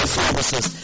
services